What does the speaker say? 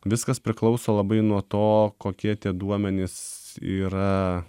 viskas priklauso labai nuo to kokie tie duomenys yra